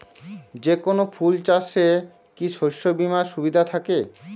যেকোন ফুল চাষে কি শস্য বিমার সুবিধা থাকে?